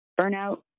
burnout